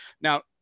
now